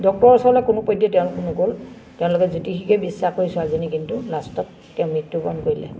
ডক্টৰৰ ওচৰলে কোনোপধ্যে তেওঁলোক নগ'ল তেওঁলোকে জ্যোতিষীকে বিশ্বাস কৰি ছোৱালীজনী কিন্তু লাষ্টত তেওঁ মৃত্যুবৰণ কৰিলে